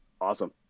Awesome